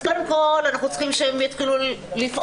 אז קודם כול אנחנו צריכים שהם יתחילו לפעול,